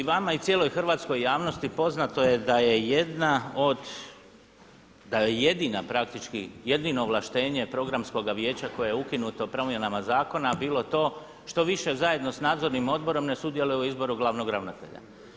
Kolega Mesić i vama i cijeloj hrvatskoj javnosti poznato je da je jedna od, da je jedina praktički, jedino ovlaštenje programskoga vijeća koje je ukinuto promjenama zakona a bilo to štoviše zajedno sa nadzornim odborom ne sudjeluje u izboru glavnog ravnatelja.